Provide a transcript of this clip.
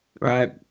Right